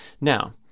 now